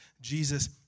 Jesus